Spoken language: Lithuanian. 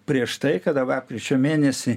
prieš tai kada lapkričio mėnesį